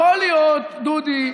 יכול להיות, דודי,